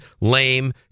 lame